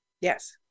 yes